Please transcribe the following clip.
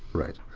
right.